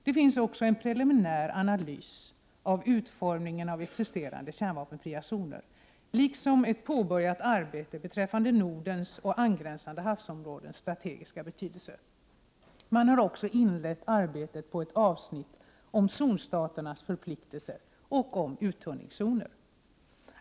Det finns också en preliminär analys av utformningen av existerande kärnvapenfria zoner, liksom ett påbörjat arbete beträffande Nordens och angränsande havsområdens strategiska betydelse. Man har vidare inlett arbetet på ett avsnitt om zonstaternas förpliktelser och om uttunningszoner.